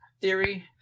theory